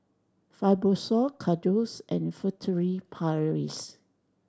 Fibrosol Kordel's and Furtere Paris